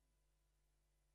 דיון,